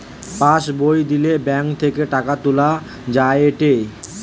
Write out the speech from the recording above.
pass বই দিলে bank থেকে টাকা তুলা যায়েটে